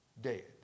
dead